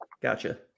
Gotcha